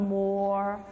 more